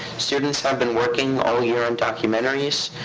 students have been working all year on documentaries,